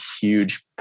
huge